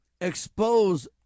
Expose